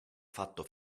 fatto